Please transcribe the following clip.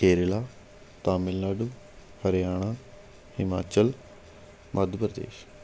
Kerala Tamil Nadu Haryana Himachal Madhya Pradesh